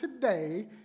today